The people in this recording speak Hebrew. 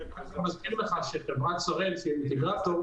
אני מזכיר לך שחברת שראל שהיא האינטגרטור,